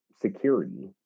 security